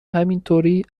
همینطوری